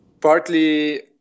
Partly